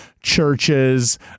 churches